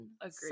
Agreed